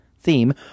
theme